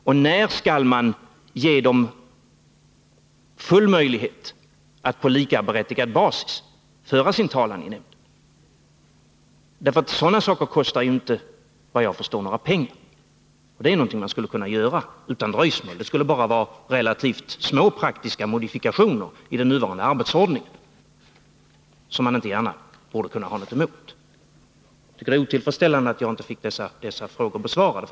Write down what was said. Och när skall man ge patienterna möjlighet att till fullo och på likaberättigad basis föra sin talan i nämnden? Sådana saker kostar inte — såvitt jag förstår — några pengar. Det är någonting man skulle kunna göra utan dröjsmål. Det skulle bara bli relativt små praktiska modifikationer i den nuvarande arbetsordningen, vilka man inte borde ha någonting emot. Det är otillfredsställande att jag inte fick dessa frågor besvarade.